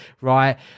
right